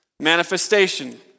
Manifestation